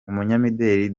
umunyamideli